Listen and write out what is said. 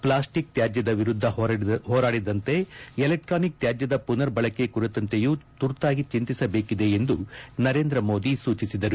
plastic ತ್ಯಾಜ್ಯದ ವಿರುದ್ದ ಹೋರಾಡಿದಂತೆ ಎಲೆಕ್ವಾನಿಕ್ ತ್ಯಾಜದ ಪುನರ್ಬಳಕೆಯ ಕುರಿತಂತೆಯೂ ತುರ್ತಾಗಿ ಚಿಂತಿಸಬೇಕಿದೆ ಎಂದು ನರೇಂದ್ರ ಮೋದಿ ಸೂಚಿಸಿದರು